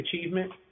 achievement